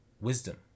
wisdom